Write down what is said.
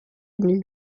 ini